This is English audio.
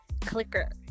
clicker